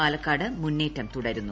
പാലക്കാട് മുന്നേറ്റം തുടരുന്നു